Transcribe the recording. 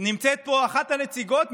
נמצאת פה אחת הנציגות,